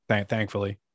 Thankfully